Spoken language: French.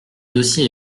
dossier